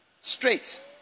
Straight